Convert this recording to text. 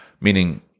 Meaning